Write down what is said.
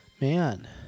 man